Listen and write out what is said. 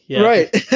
Right